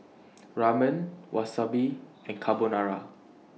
Ramen Wasabi and Carbonara